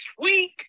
sweet